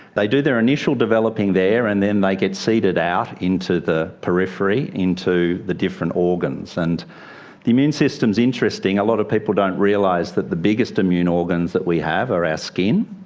they do their initial developing there and then they get seeded out into the periphery, into the different organs. and the immune system's interesting, a lot of people don't realise that the biggest immune organs that we have are our skin,